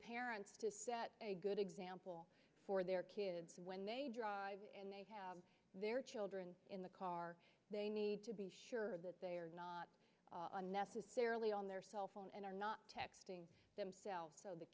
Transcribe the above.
parents to set a good example for their kids when they drive their children in the car they need to be sure that they are not unnecessarily on their cell phone and are not texting themselves so the